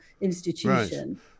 institution